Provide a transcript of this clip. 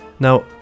Now